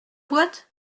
boîte